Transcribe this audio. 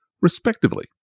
respectively